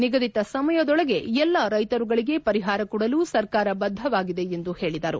ನಿಗದಿತ ಸಮಯದೊಳಗೆ ಎಲ್ಲಾ ರೈತರುಗಳಿಗೆ ಪರಿಹಾರ ಕೊಡಲು ಸರ್ಕಾರ ಬದ್ಧವಾಗಿದೆ ಎಂದು ಹೇಳಿದರು